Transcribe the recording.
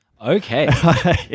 Okay